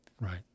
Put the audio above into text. Right